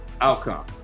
outcome